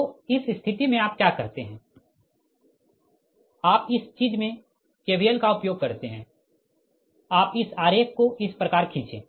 तो इस स्थिति में आप क्या करते है आप इस चीज में KVL का उपयोग करते है आप इस आरेख को इस प्रकार खीचें